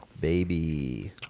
Baby